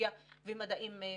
טכנולוגיה ומדעים מדויקים.